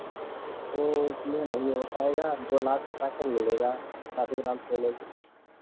तो इसमें नहीं हो पाएगा दो लाख का तो मिलेगा पाँच ग्राम सोने में